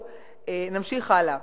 טוב, נמשיך הלאה.